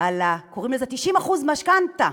על קוראים לזה 90% משכנתה,